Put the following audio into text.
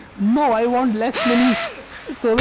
no! i want less money so